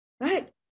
Right